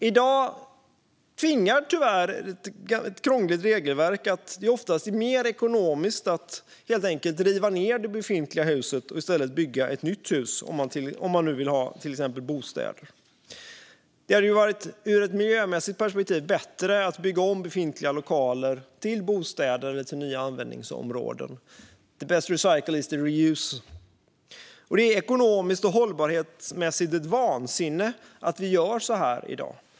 I dag leder ett krångligt regelverk till att det oftast är mer ekonomiskt att helt enkelt riva ned det befintliga huset och i stället bygga ett nytt hus om man vill ha till exempel bostäder. Det hade ur ett miljömässigt perspektiv varit bättre att bygga om befintliga lokaler till bostäder eller andra användningsområden. The best way to recycle is to reuse. Det är ekonomiskt och hållbarhetsmässigt vansinne att vi gör på detta sätt i dag.